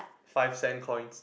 five cents coin